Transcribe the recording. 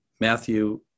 Matthew